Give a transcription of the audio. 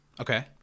Okay